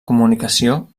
comunicació